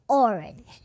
orange